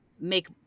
make